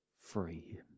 free